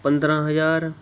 ਪੰਦਰ੍ਹਾਂ ਹਜ਼ਾਰ